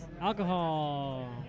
Alcohol